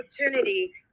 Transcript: opportunity